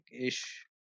ish